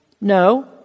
No